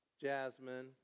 Jasmine